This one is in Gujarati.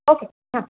ઓકે હા